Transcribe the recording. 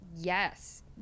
yes